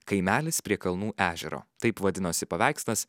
kaimelis prie kalnų ežero taip vadinosi paveikslas